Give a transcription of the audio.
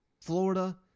Florida